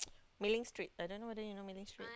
Mei-Ling-Street I don't know whether you know Mei-Ling-Street